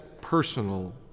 personal